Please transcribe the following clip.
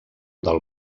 del